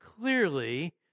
clearly